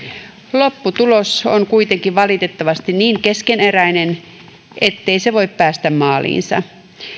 lopputulos on kuitenkin valitettavasti niin keskeneräinen ettei se voi päästä maaliinsa